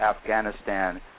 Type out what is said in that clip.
Afghanistan